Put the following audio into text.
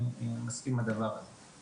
אני מסכים עאם הדבר הזה.